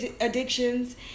addictions